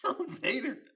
Vader